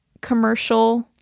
commercial